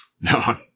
No